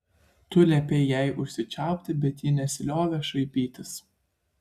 tu liepei jai užsičiaupti bet ji nesiliovė šaipytis